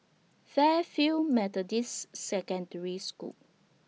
Fairfield Methodist Secondary School